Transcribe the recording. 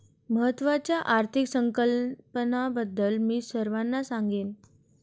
महत्त्वाच्या आर्थिक संकल्पनांबद्दल मी सर्वांना सांगेन